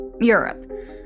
Europe